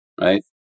Right